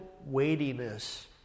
weightiness